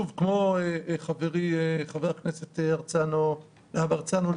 כמו חברי חבר הכנסת להב הרצנו,